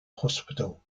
hospital